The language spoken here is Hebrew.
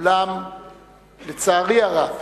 אולם לצערי הרב